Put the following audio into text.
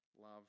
love